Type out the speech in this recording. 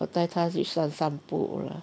我带他去散散步 lah